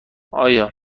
آیا